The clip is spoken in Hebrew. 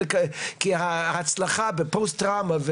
כי ההצלחה בפוסט-טראומה,